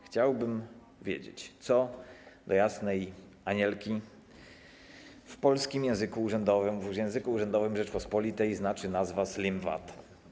Chciałbym wiedzieć, co, do jasnej Anielki, w polskim języku urzędowym, w języku urzędowym Rzeczypospolitej znaczy nazwa: slim VAT.